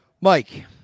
mike